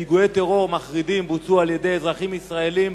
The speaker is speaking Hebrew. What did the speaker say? פיגועי טרור מחרידים בוצעו על-ידי אזרחים ישראלים